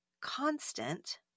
constant